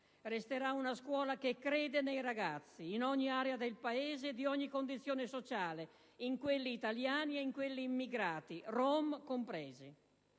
resterà una scuola che crede nei ragazzi, in ogni area del Paese e di ogni condizione sociale, in quelli italiani e in quelli immigrati, rom compresi;